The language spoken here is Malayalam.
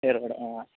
ഇവർ കൂടെ ആ